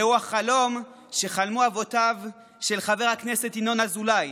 זהו החלום שחלמו אבותיו של חבר הכנסת ינון אזולאי,